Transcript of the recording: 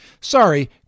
Sorry